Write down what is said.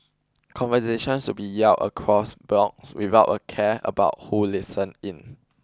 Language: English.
conversations would be yelled across blocks without a care about who listened in